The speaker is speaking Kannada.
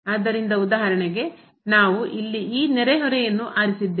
ಆದ್ದರಿಂದ ಉದಾಹರಣೆಗೆ ನಾವು ಇಲ್ಲಿ ಈ ನೆರೆಹೊರೆಯನ್ನು ಆರಿಸಿದ್ದೇವೆ